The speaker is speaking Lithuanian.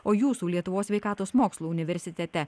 o jūsų lietuvos sveikatos mokslų universitete